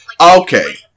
Okay